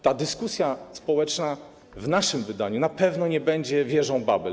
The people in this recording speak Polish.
Ta dyskusja społeczna w naszym wydaniu na pewno nie będzie wieżą Babel.